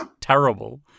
terrible